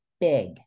big